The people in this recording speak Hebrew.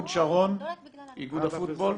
אהוד שרון, איגוד הפוטבול.